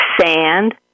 sand